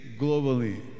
globally